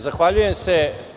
Zahvaljujem se.